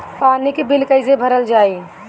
पानी के बिल कैसे भरल जाइ?